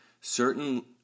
certain